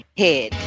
head